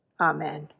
Amen